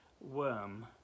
worm